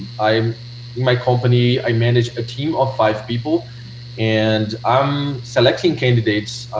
i'm in my company i manage a team of five people and i'm selecting candidates